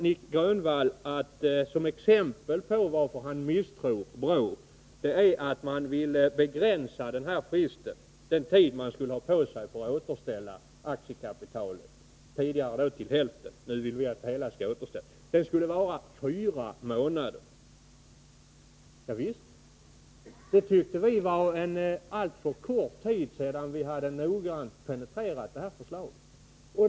Nic Grönvall anför som ett skäl till att han misstror BRÅ att han är kritisk mot begränsningen av tidsfristen, dvs. den tid som ett företag skulle ha på sig för att återställa aktiekapitalet. Tidigare skulle det återställas till hälften, men nu vill vi att hela beloppet skall återställas. BRÅ:s förslag innebär att fristen skulle vara 4 månader, men vi tyckte — sedan vi noggrant penetrerat förslaget — att det var en alltför kort tid.